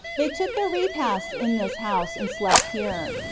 they took their repasts in this house and slept here.